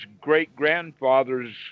great-grandfather's